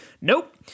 nope